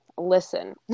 listen